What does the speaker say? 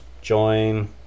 join